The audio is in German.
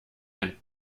ein